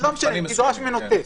לא משנה, תדרוש ממנו טסט.